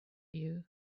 you